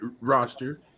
roster